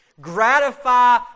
Gratify